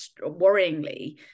worryingly